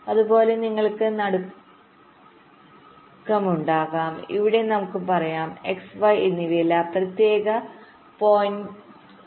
അതുപോലെ നിങ്ങൾക്ക് നടുക്കമുണ്ടാകാം ഇവിടെ നമുക്ക് പറയാം x y എന്നിവയല്ല പ്രത്യേക പോയിന്റ് x